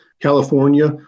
California